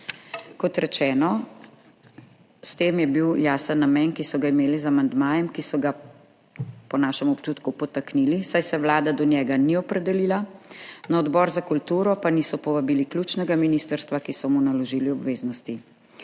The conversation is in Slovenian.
Kot rečeno, s tem je bil jasen namen, ki so ga imeli z amandmajem, ki so ga, po našem občutku, podtaknili, saj se Vlada do njega ni opredelila, na odbor za kulturo pa niso povabili ključnega ministrstva, ki so mu naložili obveznosti.